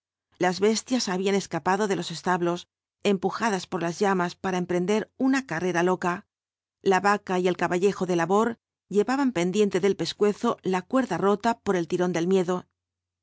las bestias habían escapado de los establos empujadas por las llamas para emprender una carrera loca la vaca y el caballejo de labor llevaban pendiente del pescuezo la cuerda rota por el tirón del miedo